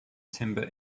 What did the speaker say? timber